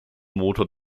motor